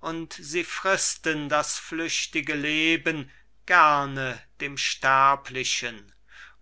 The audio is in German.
und sie fristen das flüchtige leben gerne dem sterblichen